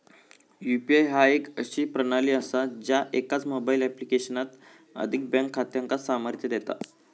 UPI ह्या एक अशी प्रणाली असा ज्या एकाच मोबाईल ऍप्लिकेशनात एकाधिक बँक खात्यांका सामर्थ्य देता